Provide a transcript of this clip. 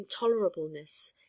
intolerableness